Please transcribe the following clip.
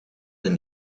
een